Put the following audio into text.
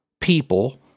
people